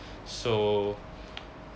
so